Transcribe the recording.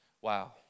wow